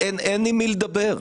שאין עם מי לדבר.